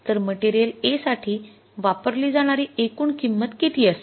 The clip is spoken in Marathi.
तर मटेरियल A साठी वापरली जाणारी एकूण किंमत किती असेल